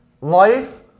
Life